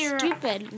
stupid